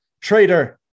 traitor